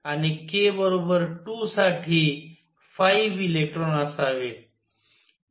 आणि k बरोबर 2 साठी 5 इलेक्ट्रॉन असावेत